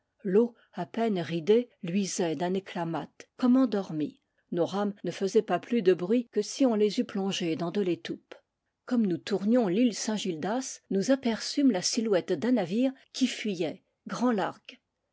l'eau à peine ridée luisait d'un éclat mat comme endormie nos rames ne faisaient pas plus de bruit que si on les eût plongées dans de l'étoupe comme nous tournions l'île saint gildas nous aperçûmes la silhouette d'un navire qui fuyait grand